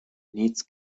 needs